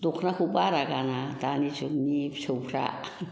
दख'नाखौ बारा गाना दानि जुगनि फिसौफ्रा